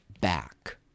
back